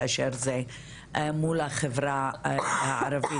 כאשר זה היה מול החברה הערבית,